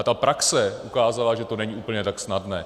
A praxe ukázala, že to není úplně tak snadné.